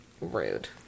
Rude